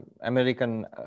American